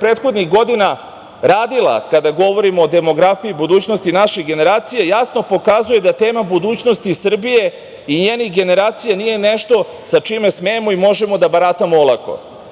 prethodnih godina radila kada govorimo o demografiji i budućnosti naših generacija jasno pokazuje da tema budućnosti Srbije i njene generacije nije nešto sa čime smemo i možemo da baratamo olako.